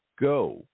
go